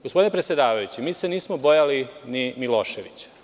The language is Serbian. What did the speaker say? Gospodine predsedavajući, mi se nismo bojali ni Miloševića.